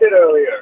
earlier